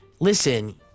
Listen